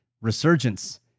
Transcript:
resurgence